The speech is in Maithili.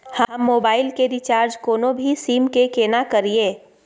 हम मोबाइल के रिचार्ज कोनो भी सीम के केना करिए?